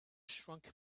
shrunk